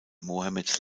mohammeds